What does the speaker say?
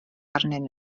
arnyn